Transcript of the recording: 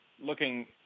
looking